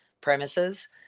premises